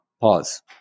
Pause